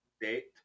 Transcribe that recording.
date